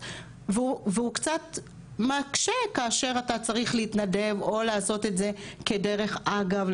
קצת מקשה כאשר אתה צריך להתנדב או לעשות את זה כדרך אגב,